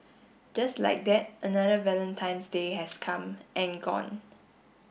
just like that another Valentine's Day has come and gone